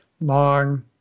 long